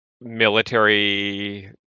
military